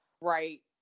right